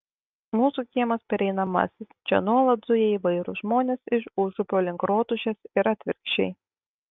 mūsų kiemas pereinamasis čia nuolat zuja įvairūs žmonės iš užupio link rotušės ir atvirkščiai